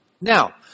Now